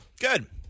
Good